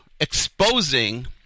exposing